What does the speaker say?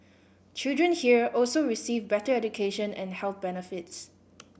children here also receive better education and health benefits